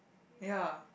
ya